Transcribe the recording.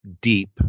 deep